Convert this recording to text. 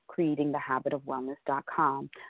creatingthehabitofwellness.com